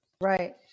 Right